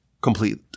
complete